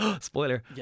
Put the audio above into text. spoiler